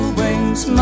wings